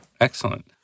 Excellent